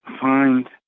find